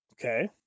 Okay